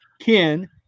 Ken